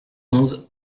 onze